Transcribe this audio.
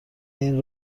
این